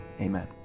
amen